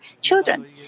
children